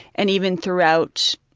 and even throughout,